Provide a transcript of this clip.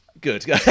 Good